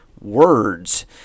words